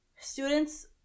students